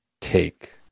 take